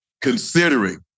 Considering